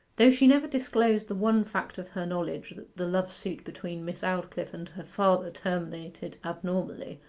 though she never disclosed the one fact of her knowledge that the love-suit between miss aldclyffe and her father terminated abnormally,